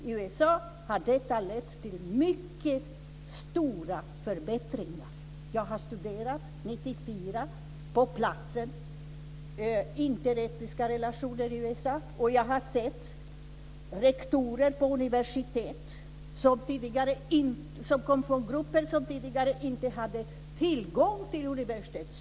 I USA har detta lett till mycket stora förbättringar. Jag har studerat interetniska relationer i USA på plats 1994. Jag har sett rektorer på universitet som kom från grupper som tidigare inte hade tillgång till universitetsstudier.